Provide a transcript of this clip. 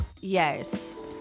Yes